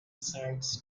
sides